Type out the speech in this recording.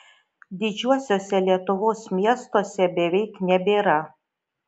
didžiuosiuose lietuvos miestuose beveik nebėra